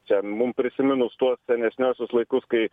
čia mums prisiminus tuos senesniuosius laikus kai